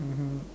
mmhmm